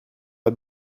pas